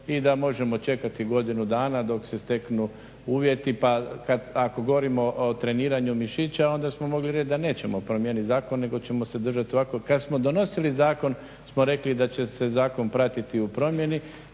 i da možemo čekati godinu dana dok se steknu uvjeti pa ako govorimo o treniranju mišića onda smo mogli reći da nećemo promijeniti zakon nego ćemo se držati ovako. Kad smo donosili zakon smo rekli da će se zakon pratiti u primjeni